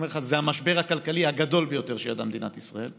אני אומר לך: זה המשבר הכלכלי הגדול ביותר שידעה מדינת ישראל.